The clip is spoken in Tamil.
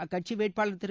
அக்கட்சி வேட்பாளர் திரு